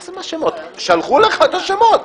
אני מתנגד לזה שאתה בכנסת.